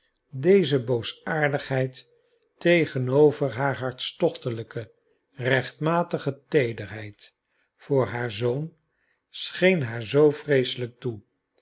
deze boosaardigheid tegenover haar hartstochtelijke rechtmatige teederheid voor haar zoon scheen haar zoo vreeselijk toe